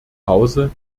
pause